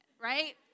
right